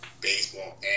baseball